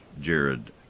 Jared